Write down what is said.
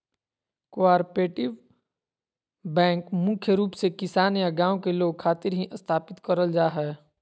cooperative bank मुख्य रूप से किसान या गांव के लोग खातिर ही स्थापित करल जा हय